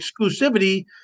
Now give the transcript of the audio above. exclusivity